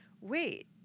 wait